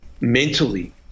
mentally